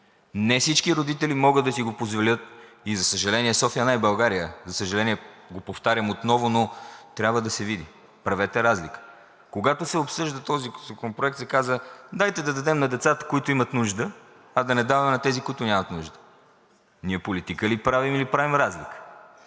Не всички родители могат да си го позволят и за съжаление, София не е България. За съжаление, повтарям го отново, но трябва да се види. Правете разлика. Когато се обсъждаше този законопроект, се каза: дайте да дадем на децата, които имат нужда, а да не даваме на тези, които нямат нужда. Ние политика ли правим, или правим разлика?